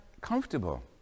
comfortable